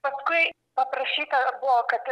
paskui paprašyta buvo kad